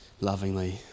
lovingly